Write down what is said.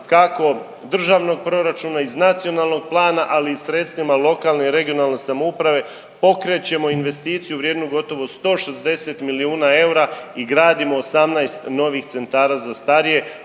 kako državnog proračuna iz nacionalnog plana ali i sredstvima lokalne regionalne samouprave, pokrećemo investiciju vrijednu gotovo 160 milijuna eura i gradimo 18 novih centara za starije